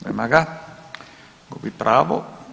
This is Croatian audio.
Nema ga, gubi pravo.